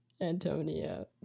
Antonia